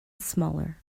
smaller